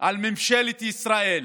על ממשלת ישראל.